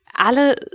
Alle